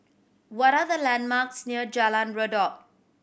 what are the landmarks near Jalan Redop